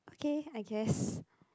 okay I guess